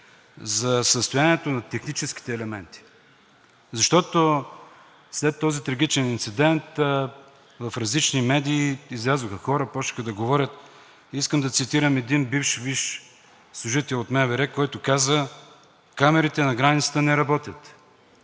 за състоянието на техническите елементи, защото след този трагичен инцидент в различни медии излязоха хора, започнаха да говорят. Искам да цитирам един бивш висш служител от МВР, който каза: „Камерите на границите не работят.